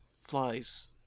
flies